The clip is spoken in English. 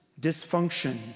Dysfunction